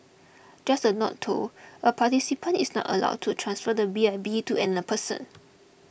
just a note though a participant is not allowed to transfer the B I B to an a person